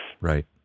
Right